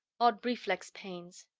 odd reflex pains,